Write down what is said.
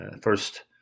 First